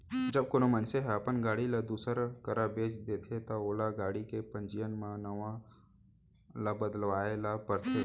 जब कोनो मनसे ह अपन गाड़ी ल दूसर करा बेंच देथे ता ओला गाड़ी के पंजीयन म नांव ल बदलवाए ल परथे